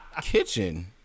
kitchen